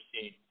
seeing